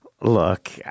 Look